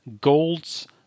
Gold's